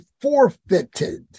forfeited